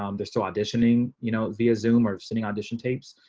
um they're still auditioning, you know, via zoom or sending audition tapes.